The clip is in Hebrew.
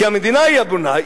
כי המדינה היא הבונה,